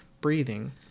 breathing